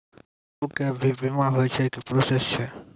पसु के भी बीमा होय छै, की प्रोसेस छै?